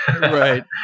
Right